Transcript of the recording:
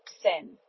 sin